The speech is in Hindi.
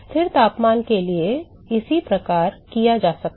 स्थिर तापमान के लिए इसी प्रकार किया जा सकता है